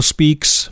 Speaks